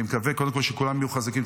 אני מקווה, קודם כול, שכולם יהיו חזקים.